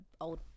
old